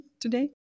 today